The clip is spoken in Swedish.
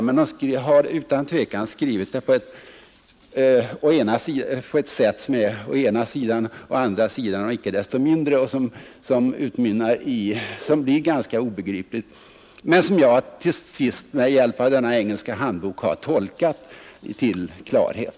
Men de har utan tvekan skrivit på ett sätt som kan läsas som ”å ena sidan” och ”å andra sidan” och ”icke desto mindre” och som blir ganska obegripligt — men som jag till sist med hjälp av denna praktiska engelska handbok har tolkat till klarhet.